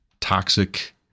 toxic